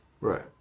Right